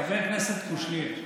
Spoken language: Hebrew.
חבר הכנסת קושניר.